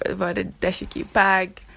ah but a dashiki bag